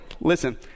Listen